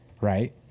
right